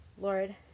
Lord